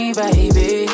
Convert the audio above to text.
baby